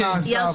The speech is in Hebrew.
מי נמצא במאסר?